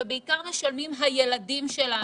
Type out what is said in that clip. ובעיקר משלמים הילדים שלנו,